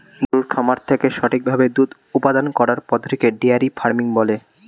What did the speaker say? গরুর খামার থেকে সঠিক ভাবে দুধ উপাদান করার পদ্ধতিকে ডেয়ারি ফার্মিং বলে